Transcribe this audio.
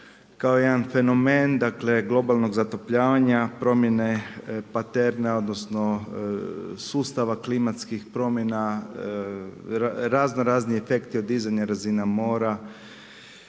kao jedan fenomen, globalnog zatopljivanja, promjene …/Govornik se ne razumije./… odnosno sustavna klimatskih promjena, razno razni efekti odizanja razina mora,